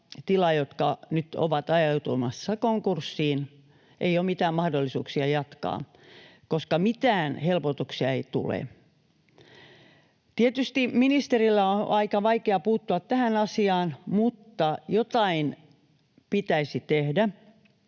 tila, jotka nyt ovat ajautumassa konkurssiin: ei ole mitään mahdollisuuksia jatkaa, koska mitään helpotuksia ei tule. Tietysti ministerin on aika vaikea puuttua tähän asiaan, mutta jotain pitäisi tehdä,